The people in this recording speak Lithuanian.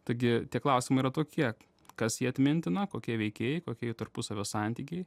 taigi tie klausimai yra tokie kas jie atmintina kokie veikėjai kokie jų tarpusavio santykiai